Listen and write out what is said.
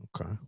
Okay